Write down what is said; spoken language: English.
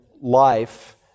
life